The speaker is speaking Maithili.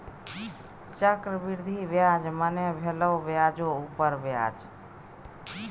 चक्रवृद्धि ब्याज मने भेलो ब्याजो उपर ब्याज